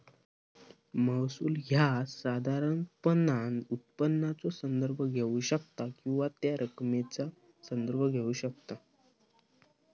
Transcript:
महसूल ह्या साधारणपणान उत्पन्नाचो संदर्भ घेऊ शकता किंवा त्या रकमेचा संदर्भ घेऊ शकता